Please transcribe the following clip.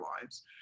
lives